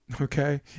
Okay